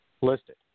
listed